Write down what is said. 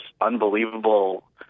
unbelievable